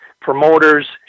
promoters